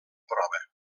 prova